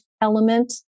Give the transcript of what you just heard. element